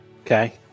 okay